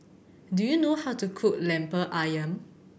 do you know how to cook Lemper Ayam